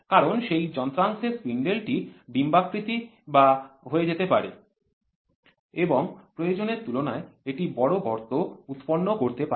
কারণ সেই যন্ত্রাংশের স্পিন্ডেল টি ডিম্বাকৃতি বা ক্ষয়ে যেতে পারে এবং প্রয়োজনের তুলনায় একটি বড় গর্ত উৎপন্ন করতে পারে